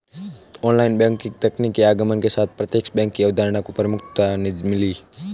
online banking तकनीक के आगमन के साथ प्रत्यक्ष बैंक की अवधारणा को प्रमुखता मिली